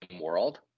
World